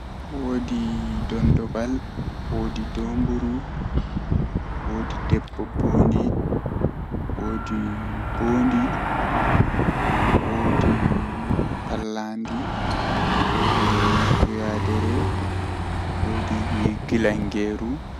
Taalel taalel jannata booyel, Woodi bambaado feere odon joodi haa saare maako saare maako haa kombi ladde nyende odo joodi sei onani gimol feere beldum don wurta egaa ladde man ovi kai gimol do weli am hami yaha mi laara moijo on fuufata gimol algaita do, Nde o yahi sei olaari bingel feere ni bongel, Be joodi be yewti egaa bawo be bangi be danyi bikkon mbotkon.